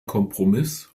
kompromiss